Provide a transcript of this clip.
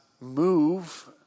move